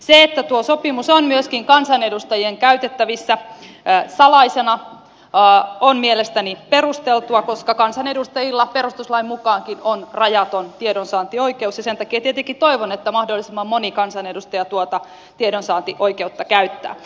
se että tuo sopimus on myöskin kansanedustajien käytettävissä salaisena on mielestäni perusteltua koska kansanedustajilla perustuslainkin mukaan on rajaton tiedonsaantioikeus ja sen takia tietenkin toivon että mahdollisimman moni kansanedustaja tuota tiedonsaantioikeutta käyttää